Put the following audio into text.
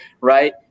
right